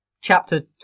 chapter